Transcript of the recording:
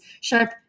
sharp